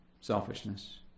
selfishness